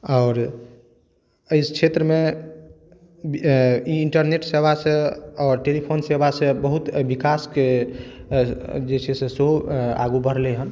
आओर एहि क्षेत्र मे ई इंटरनेट सेवा सॅं आओर टेलिफोन सेवा सॅं बहुत विकास के जे छै से सेहो आगू बढ़लै हन